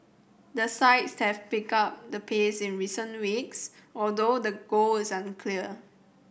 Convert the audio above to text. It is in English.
the sides have picked up the pace in recent weeks although the goal is unclear